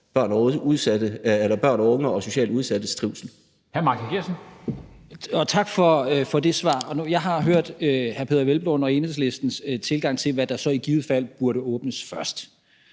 børn, unge og socialt udsattes trivsel.